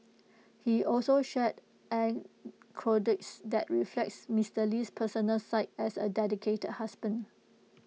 he also shared that reflects Mister Lee's personal side as A dedicated husband